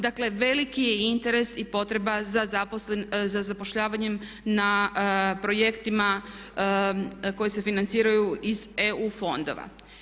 Dakle veliki je interes i potreba za zapošljavanjem na projektima koji se financiraju iz EU fondova.